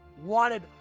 wanted